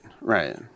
right